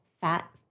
fat